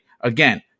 Again